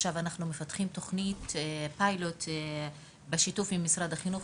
אנחנו מפתחים עכשיו תוכנית פיילוט בשיתוף עם משרד החינוך,